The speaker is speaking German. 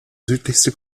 südlichste